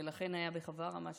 ולכן היה בחווארה מה שהיה?